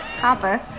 Copper